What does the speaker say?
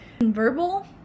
verbal